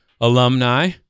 alumni